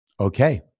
okay